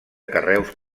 carreus